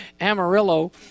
Amarillo